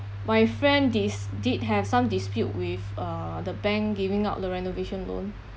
my friend dis~ did have some dispute with uh the bank giving out a renovation loan